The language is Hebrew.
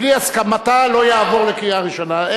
בלי הסכמתה, לא יעבור לקריאה ראשונה.